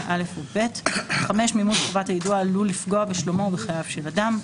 (א) או (ב); מימוש חובת היידוע עלול לפגוע בשלומו או בחייו של אדם,